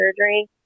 surgery